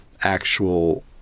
actual